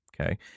Okay